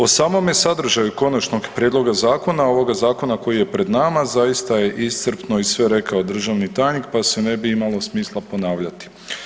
O samome sadržaju Konačnog prijedloga zakona ovoga zakona koji je pred nama zaista je iscrpno i sve rekao državni tajnik, pa se ne bi imalo smisla ponavljati.